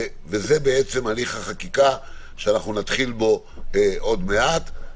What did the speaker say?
וזה הליך החקיקה שנתחיל בו עוד מעט.